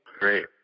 Great